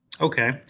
Okay